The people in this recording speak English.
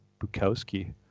Bukowski